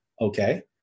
Okay